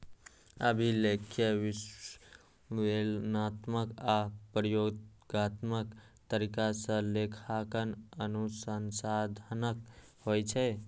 अभिलेखीय, विश्लेषणात्मक आ प्रयोगात्मक तरीका सं लेखांकन अनुसंधानक होइ छै